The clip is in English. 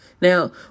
Now